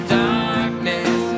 darkness